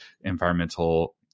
environmental